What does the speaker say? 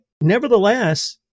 nevertheless